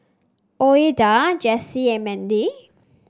Ouida Jessie and Mandy